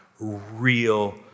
real